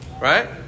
right